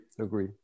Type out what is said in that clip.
agree